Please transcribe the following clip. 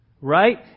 Right